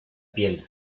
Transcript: piel